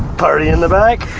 party in the back.